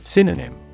Synonym